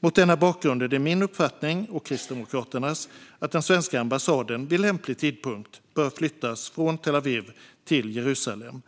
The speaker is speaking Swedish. Mot denna bakgrund är det min uppfattning, och Kristdemokraternas, att den svenska ambassaden vid lämplig tidpunkt bör flyttas från Tel Aviv till Jerusalem.